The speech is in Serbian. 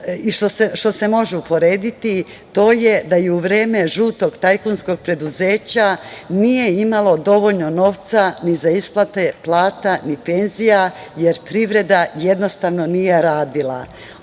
što se može uporediti, to je da u vreme žutog tajkunskog preduzeća nije imalo dovoljno novca ni za isplate plata ni penzija, jer privreda jednostavno nije radila.